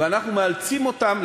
ואנחנו מאלצים אותם,